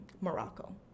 Morocco